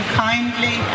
kindly